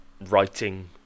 writing